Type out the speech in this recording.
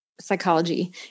psychology